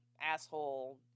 asshole